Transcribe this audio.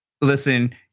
Listen